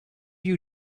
you